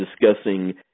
discussing